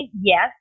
yes